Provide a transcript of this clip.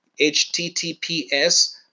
https